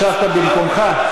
ישבת במקומך?